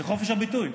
זה חופש הביטוי.